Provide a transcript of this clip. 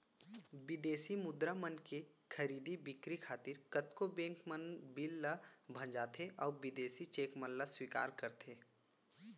बिदेसी मुद्रा मन के खरीदी बिक्री खातिर कतको बेंक मन बिल ल भँजाथें अउ बिदेसी चेक मन ल स्वीकार करथे